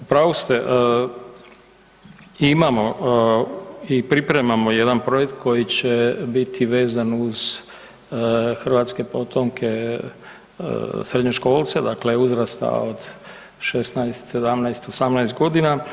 U pravu ste, imamo i pripremamo jedan projekt koji će biti vezan uz hrvatske potomke, srednjoškolce, dakle uzrasta od 16, 17, 18 godina.